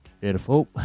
Beautiful